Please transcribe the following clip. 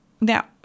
now